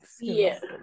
Yes